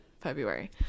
February